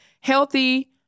healthy